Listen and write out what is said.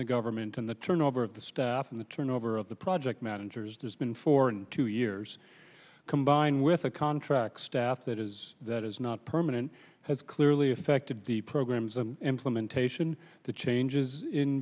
the government and the turnover of the staff and the turnover of the project managers there's been for two years combined with a contract staff that is that is not permanent has clearly affected the programs and implementation the changes in